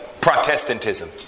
Protestantism